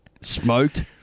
smoked